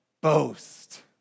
boast